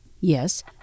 Yes